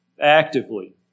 actively